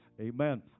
amen